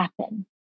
happen